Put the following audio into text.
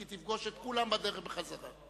כי תפגוש את כולם בדרך חזרה.